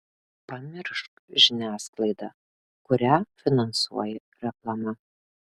pamiršk žiniasklaidą kurią finansuoja reklama